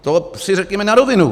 To si řekněme na rovinu.